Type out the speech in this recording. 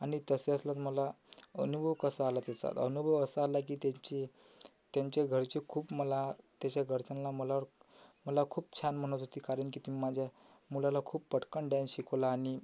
आणि तसं असलं तर मला अनुभव कसा आला तेसा तर अनुभव असा आला की त्याचे त्यांच्या घरचे खूप मला त्याच्या घरच्यांना मला मला खूप छान म्हणत होते कारण की तुम माझ्या मुलाला खूप पटकन डॅन्स शिकवला आणि